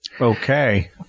Okay